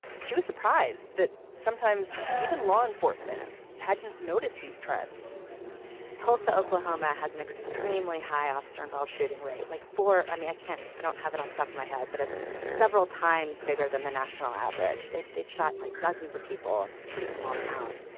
she was surprised that sometimes even law enforcement hadn't noticed these trends tulsa, oklahoma, has an extremely high officer involved. shooting rate like for i mean, i can't i don't have enough stuff in my head, but it's several times bigger than the national average. they did shot like dozens of people and in a pretty small town.